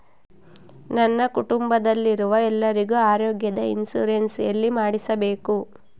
ನನ್ನ ಕುಟುಂಬದಲ್ಲಿರುವ ಎಲ್ಲರಿಗೂ ಆರೋಗ್ಯದ ಇನ್ಶೂರೆನ್ಸ್ ಎಲ್ಲಿ ಮಾಡಿಸಬೇಕು?